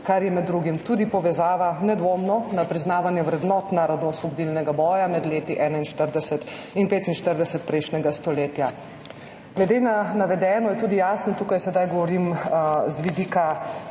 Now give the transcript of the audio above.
kar je med drugim tudi povezava, nedvomno, na priznavanje vrednot narodnoosvobodilnega boja med letoma 41 in 45 prejšnjega stoletja. Glede na navedeno – tukaj sedaj govorim z vidika